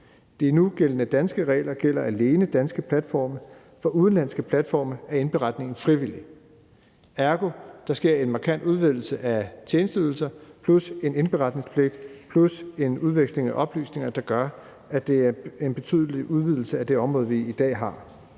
De nugældende danske regler gælder alene danske platforme; for udenlandske platforme er indberetningen frivillig. Ergo sker der en markant udvidelse af tjenesteydelser plus en indberetningspligt plus en udveksling af oplysninger, der gør, at det er en betydelig udvidelse af det område, vi har